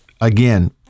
again